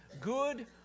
good